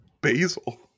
basil